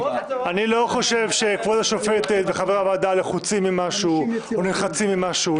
אני לא חושב שכבוד השופטת וחבר הוועדה לחוצים ממשהו או נלחצים ממשהו.